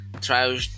Try